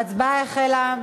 ההצבעה החלה.